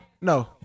No